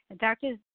Dr